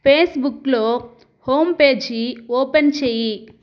ఫేస్బుక్లో home page open చెయ్యి